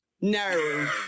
No